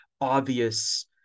obvious